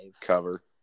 Cover